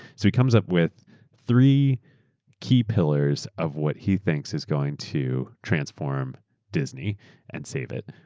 so he comes up with three key pillars of what he thinks is going to transform disney and save it.